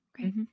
Great